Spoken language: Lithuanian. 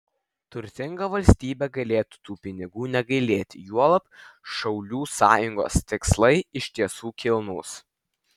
turtinga valstybė galėtų tų pinigų negailėti juolab šaulių sąjungos tikslai iš tiesų kilnūs